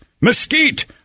mesquite